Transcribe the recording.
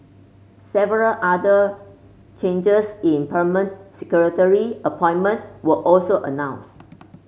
several other changes in permanent secretary appointments were also announced